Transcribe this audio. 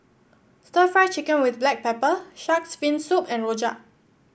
stir Fry Chicken with Black Pepper shark's fin soup and rojak